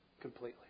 completely